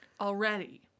already